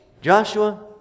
Joshua